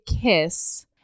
kiss